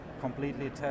completely